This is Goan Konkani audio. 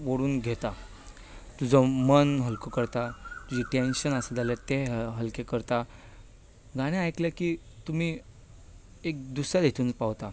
ओडून घेता तुजो मन हल्कें करता तुजें टॅन्शन आसा जाल्यार तें हल्कें करता गाणें आयकलें की तुमी एक दुसरे हातूंत पावता